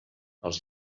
els